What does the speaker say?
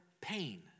pain